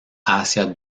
hacia